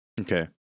Okay